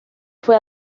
fue